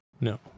no